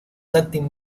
acting